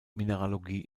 mineralogie